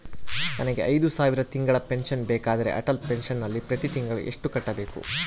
ನನಗೆ ಐದು ಸಾವಿರ ತಿಂಗಳ ಪೆನ್ಶನ್ ಬೇಕಾದರೆ ಅಟಲ್ ಪೆನ್ಶನ್ ನಲ್ಲಿ ಪ್ರತಿ ತಿಂಗಳು ಎಷ್ಟು ಕಟ್ಟಬೇಕು?